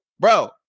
Bro